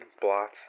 blots